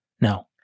No